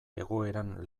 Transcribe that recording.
egoeran